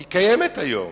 היא קיימת היום,